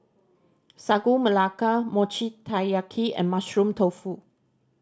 Sagu Melaka Mochi Taiyaki and Mushroom Tofu